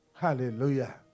Hallelujah